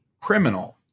criminal